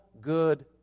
good